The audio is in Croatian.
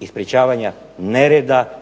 i sprječavanja nereda